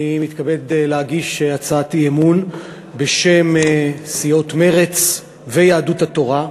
אני מתכבד להגיש הצעת אי-אמון בשם סיעות מרצ ויהדות התורה,